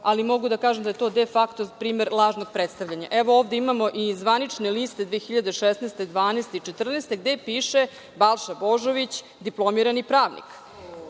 ali mogu da kažem da je to defakto primer lažnog predstavljanja. Evo, ovde imamo i zvanične liste 2016, 2012. i 2014. godine gde piše, Balša Božović diplomirani pravnik. Dakle,